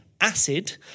Acid